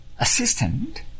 Assistant